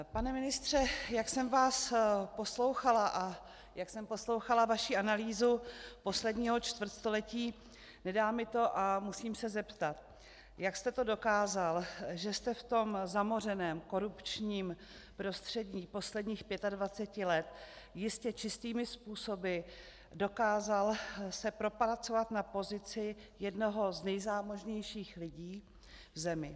Pane ministře, jak jsem vás poslouchala a jak jsem poslouchala vaši analýzu posledního čtvrtstoletí, nedá mi to a musím se zeptat: Jak jste to dokázal, že jste se v tom zamořeném korupčním prostředí posledních 25 let jistě čistými způsoby dokázal propracovat na pozici jednoho z nejzámožnějších lidí v zemi?